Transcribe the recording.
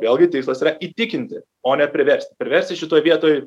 vėlgi tikslas yra įtikinti o ne priversti priversti šitoj vietoj